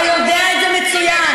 אתה יודע את זה מצוין.